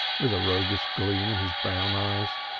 with a roguish gleam in his brown eyes.